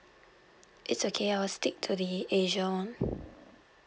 it's okay I will stick to the asia [one]